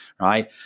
right